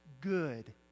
good